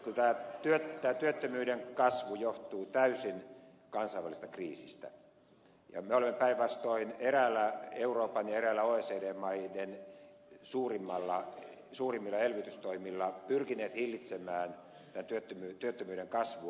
kyllä tämä työttömyyden kasvu johtuu täysin kansainvälisestä kriisistä ja me olemme päinvastoin eräillä euroopan ja oecd maiden suurimmista elvytystoimista pyrkineet hillitsemään työttömyyden kasvua